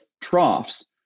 troughs